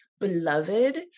beloved